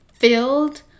Filled